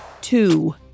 two